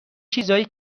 چیزای